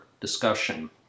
discussion